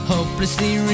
Hopelessly